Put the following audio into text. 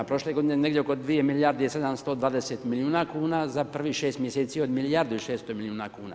Prošle godine negdje oko 2 milijarde i 720 milijuna kuna za prvih 6 mjeseci od milijardu i 600 milijuna kuna.